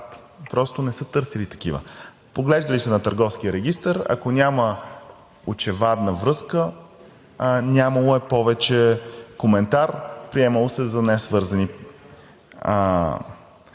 Просто не са търсили такива. Поглеждали са в Търговския регистър – ако няма очевадна връзка, нямало е повече коментар, приемало се е за несвързани